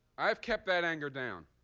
i've kept that anger down.